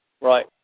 Right